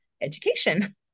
education